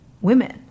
women